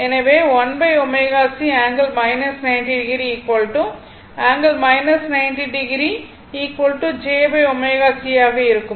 எனவே 1ω C ∠ 90o ∠ 90o jω C ஆக இருக்கும்